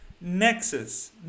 nexus